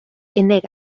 unig